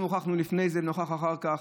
אנחנו הוכחנו לפני זה ונוכיח אחר כך